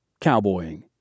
cowboying